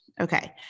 Okay